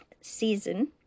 season